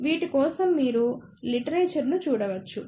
వీటి కోసం మీరు లిటరేచర్ ను చూడవచ్చు